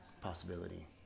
possibility